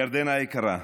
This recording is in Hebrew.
ירדנה היקרה,